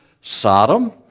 Sodom